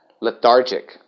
lethargic